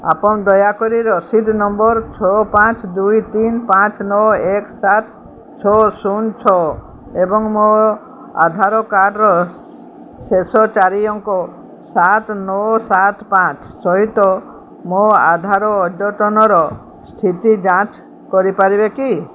ଆପଣ ଦୟାକରି ରସିଦ ନମ୍ବର ଛଅ ପାଞ୍ଚ ଦୁଇ ତିନି ପାଞ୍ଚ ନଅ ଏକ ସାତ ଛଅ ଶୂନ ଛଅ ଏବଂ ମୋ ଆଧାର କାର୍ଡ଼ର ଶେଷ ଚାରି ଅଙ୍କ ସାତ ନଅ ସାତ ପାଞ୍ଚ ସହିତ ମୋ ଆଧାର ଅଦ୍ୟତନର ସ୍ଥିତି ଯାଞ୍ଚ କରିପାରିବେ କି